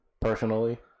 personally